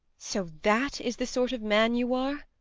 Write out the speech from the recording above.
so that is the sort of man you are?